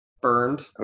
burned